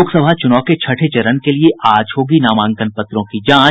लोकसभा चुनाव के छठे चरण के लिए आज होगी नामांकन पत्रों की जांच